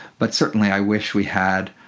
but certainly i wish we had,